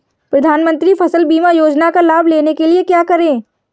प्रधानमंत्री फसल बीमा योजना का लाभ लेने के लिए क्या करें?